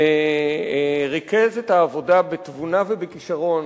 וריכז את העבודה בתבונה ובכשרון,